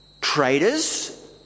traitors